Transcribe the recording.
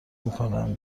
میکنم